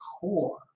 core